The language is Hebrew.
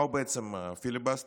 מהו בעצם פיליבסטר?